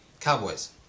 Cowboys